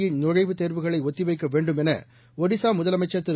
இ நுழைவுத் தேர்வுகளை ஒத்தி வைக்க வேண்டும் என ஒடிசா முதலமைச்சர் திரு